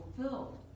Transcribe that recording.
fulfilled